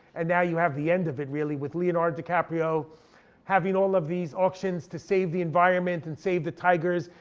and now you have the end of it really with leonardo dicaprio having all of these auctions to save the environment, and save the tigers.